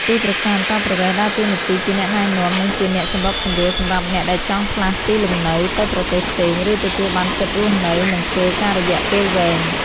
ទីប្រឹក្សាអន្តោប្រវេសន៍ ដើរតួនាទីជាអ្នកណែនាំ និងជាអ្នកសម្របសម្រួលសម្រាប់អ្នកដែលចង់ផ្លាស់ទីលំនៅទៅប្រទេសផ្សេង ឬទទួលបានសិទ្ធិរស់នៅ និងធ្វើការរយៈពេលវែង។